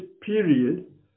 period